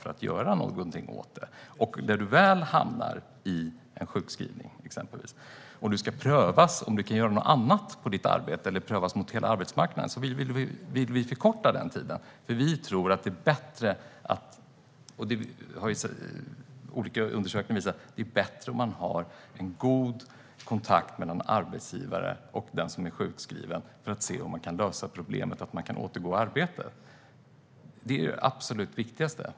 Vi vill förkorta tiden när man väl har hamnat i sjukskrivning, och det ska prövas om man kan göra något annat på sitt arbete eller prövas mot hela arbetsmarknaden, för vi tror - och det visar också undersökningar - att det är bättre om man har en god kontakt mellan arbetsgivaren och den som är sjukskriven för att se om man kan lösa problemet, så att personen kan återgå i arbete. Det är det absolut viktigaste.